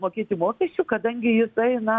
mokėti mokesčių kadangi jisai na